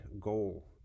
goal